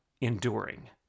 enduring